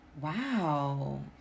Wow